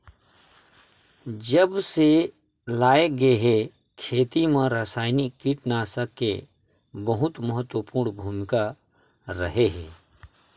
जब से लाए गए हे, खेती मा रासायनिक कीटनाशक के बहुत महत्वपूर्ण भूमिका रहे हे